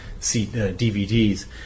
DVDs